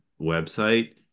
website